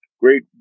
Great